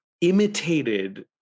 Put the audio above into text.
imitated